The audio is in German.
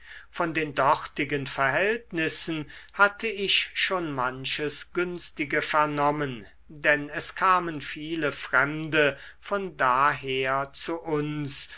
von den dortigen verhältnissen hatte ich schon manches günstige vernommen denn es kamen viele fremde von daher zu uns